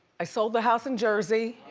i sold the house in jersey.